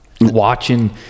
watching